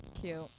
Cute